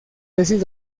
tesis